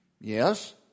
Yes